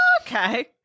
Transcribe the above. okay